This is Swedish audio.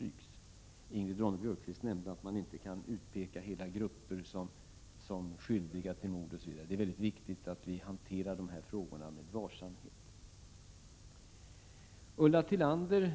Ingrid 17 Ronne-Björkqvist nämnde att man inte kan utpeka hela grupper som skyldiga till mord, osv. Det är viktigt att hantera dessa frågor varsamt. Ulla Tillander